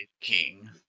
king